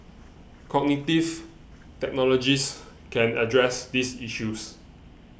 cognitive technologies can address these issues